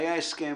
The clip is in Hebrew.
היה הסכם